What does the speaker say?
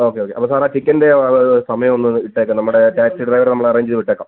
okay okay അപ്പോൾ സാറെ ആ ടിക്കെറ്റിന്റെ സമയം ഒന്ന് ഇട്ടേക്ക് നമ്മുടെ ടാക്സി ഡ്രൈവറെ നമ്മൾ അറേഞ്ച് ചെയ്ത് വിട്ടേക്കാം